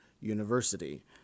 University